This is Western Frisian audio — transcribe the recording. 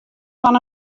fan